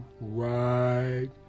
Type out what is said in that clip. right